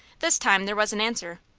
this time there was an answer.